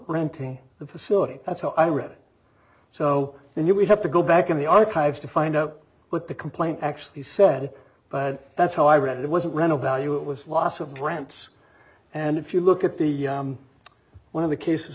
renting the facility that's how i read it so then you would have to go back in the archives to find out what the complaint actually said but that's how i read it it wasn't rental value it was loss of grants and if you look at the one of the cases